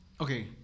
okay